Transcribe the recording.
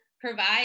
provide